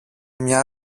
μια